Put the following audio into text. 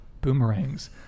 boomerangs